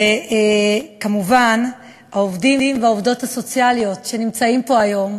וכמובן העובדים והעובדות הסוציאליות שנמצאים פה היום,